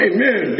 Amen